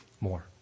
more